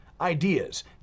ideas